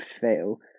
fail